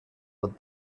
but